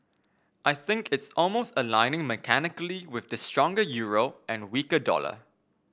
I think it's almost aligning mechanically with the stronger euro and weaker dollar